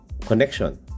connection